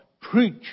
preach